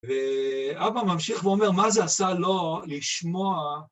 ואבא ממשיך ואומר מה זה עשה לו לשמוע